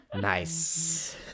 Nice